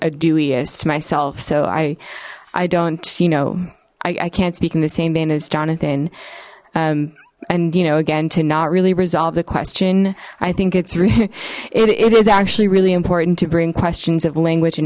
duelist myself so i i don't you know i can't speak in the same vein as jonathan and you know again to not really resolve the question i think it's really it is actually really important to bring questions of language and